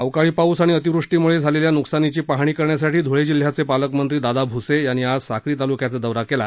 अवकाळी पाऊस आणि अतिवृष्टीम्ळे झालेल्या न्कसानीची पाहणी करण्यासाठी ध्ळे जिल्ह्याचे पालकमंत्री दादा भूसे यांनी आज साक्री तालुक्याचा दौरा केला